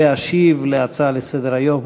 להשיב על ההצעה לסדר-היום